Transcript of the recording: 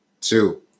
two